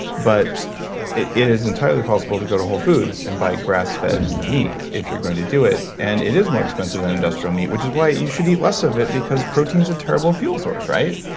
but it it is entirely possible to go to whole foods and buy grass fed meat if you're going to do it, and it is more expensive than industrial meat. which is why you should eat less of it because protein is a terrible fuel source, right?